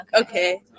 okay